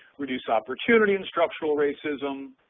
reduced opportunity and structural racism.